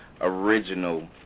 original